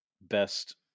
best